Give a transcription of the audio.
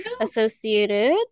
associated